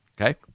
Okay